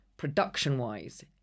production-wise